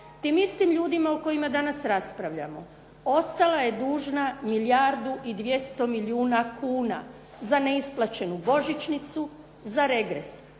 tim istim ljudima o kojima danas raspravljamo. Ostala je dužna milijardu i 200 milijuna kuna za neisplaćenu božićnicu, za regres